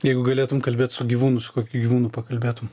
jeigu galėtum kalbėt su gyvūnu su kokiu gyvūnu pakalbėtum